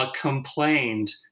complained